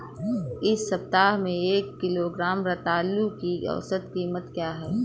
इस सप्ताह में एक किलोग्राम रतालू की औसत कीमत क्या है?